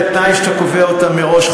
בתנאי שאתה קובע אותן מראש,